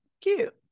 cute